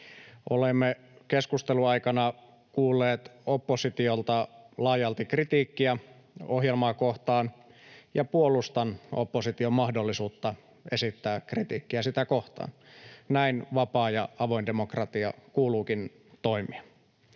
Olemme keskustelun aikana kuulleet oppositiolta laajalti kritiikkiä ohjelmaa kohtaan, ja puolustan opposition mahdollisuutta esittää kritiikkiä sitä kohtaan. Näin vapaan ja avoin demokratian kuuluukin toimia.